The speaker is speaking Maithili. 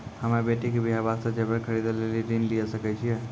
हम्मे बेटी के बियाह वास्ते जेबर खरीदे लेली ऋण लिये सकय छियै?